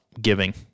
giving